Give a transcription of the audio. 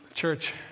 Church